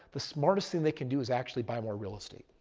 the smartest thing they can do is actually buy more real estate.